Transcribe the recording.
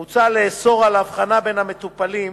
מוצע לאסור על ההבחנה בין המטופלים